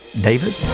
David